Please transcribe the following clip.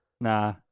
Nah